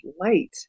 light